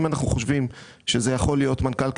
אם אנחנו חושבים שזה יכול להיות מנכ"ל,